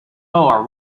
are